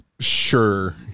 Sure